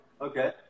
Okay